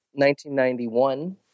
1991